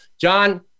John